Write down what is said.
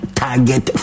target